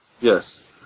Yes